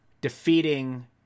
defeating